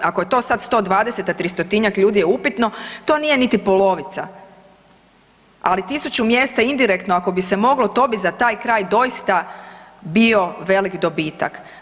Ako je to sad 120, a 300-njak ljudi je upitno to nije niti polovica, ali tisuću mjesta indirektno ako bi se moglo to bi za taj kraj doista bio velik dobitak.